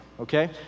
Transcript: Okay